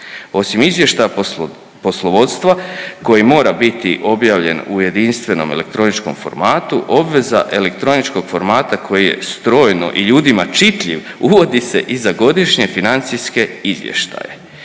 Osim izvještaja poslo… poslovodstva koji mora biti objavljen u jedinstvenom elektroničkom formatu, obveza elektroničkog formata koji je strojno i ljudima čitljiv uvodi se i za godišnje financijske izvještaje.